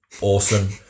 awesome